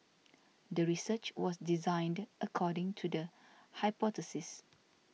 the research was designed according to the hypothesis